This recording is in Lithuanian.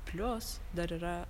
plius dar yra